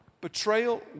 betrayal